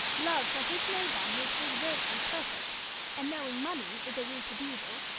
love for his neighbour makes his virtue perfect and knowing money is a root of evil,